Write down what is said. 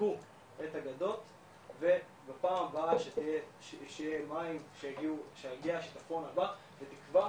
ויחזקו את הגדות ופעם הבאה שיהיה שיטפון בתקווה